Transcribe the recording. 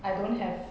I don't have